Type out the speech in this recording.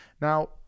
now